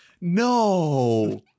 No